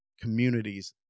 communities